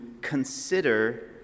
consider